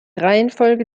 reihenfolge